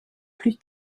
plus